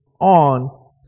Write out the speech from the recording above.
on